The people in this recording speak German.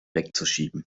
wegzuschieben